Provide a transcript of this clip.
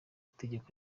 itegeko